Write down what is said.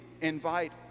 invite